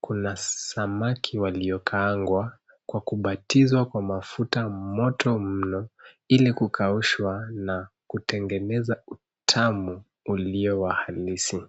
kuna samaki waliokaagwa kwa kubatizwa kwa mafuta moto mno ili kukaushwa na kutengeneza utamu ulio wa halisi.